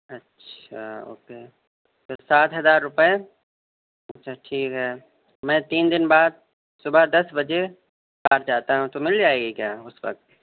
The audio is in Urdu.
اچھا اوکے تو سات ہزار روپے اچھا ٹھیک ہے میں تین دن بعد صبح دس بجے جاتا ہوں تو مل جائے گی کیا اس وقت